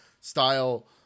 style